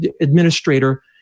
administrator